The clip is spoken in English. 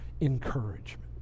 encouragement